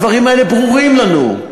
הדברים האלה ברורים לנו.